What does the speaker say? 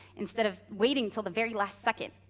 instead of waiting till the very last second?